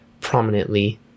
prominently